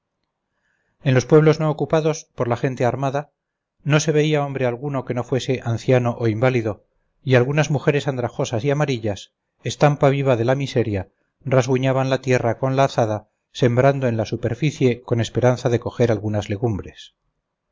en los pueblos no ocupados por la gente armada no se veía hombre alguno que no fuese anciano o inválido y algunas mujeres andrajosas y amarillas estampa viva de la miseria rasguñaban la tierra con la azada sembrando en la superficie con esperanza de coger algunas legumbres